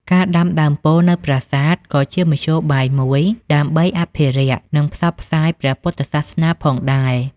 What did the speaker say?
ការដាំដើមពោធិ៍នៅប្រាសាទ ក៏ជាមធ្យោបាយមួយ ដើម្បីអភិរក្ស និងផ្សព្វផ្សាយព្រះពុទ្ធសាសនាផងដែរ។